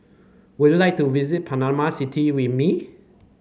would you like to visit Panama City with me